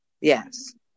Yes